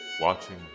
Watching